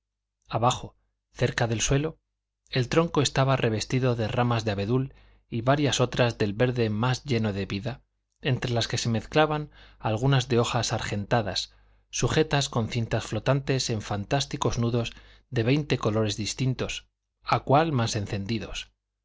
abajo cerca del suelo el tronco estaba revestido de ramas de abedul y varias otras del verde más lleno de vida entre las que se mezclaban algunas de hojas argentadas sujetas con cintas flotantes en fantásticos nudos de veinte colores distintos a cual más encendidos